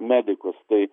medikus tai